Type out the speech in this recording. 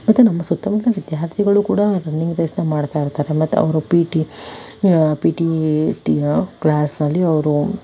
ಮತ್ತೆ ನಮ್ಮ ಸುತ್ತಮುತ್ತ ವಿದ್ಯಾರ್ಥಿಗಳು ಕೂಡ ರನ್ನಿಂಗ್ ರೇಸ್ನ ಮಾಡ್ತಾ ಇರ್ತಾರೆ ಮತ್ತೆ ಅವರು ಪಿ ಟಿ ಪಿ ಟಿ ಟಿಯ ಕ್ಲಾಸ್ನಲ್ಲಿ ಅವರು